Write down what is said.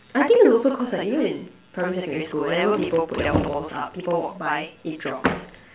I think it's also cause like you know in primary secondary school whenever people put their water bottles up people walk by it drops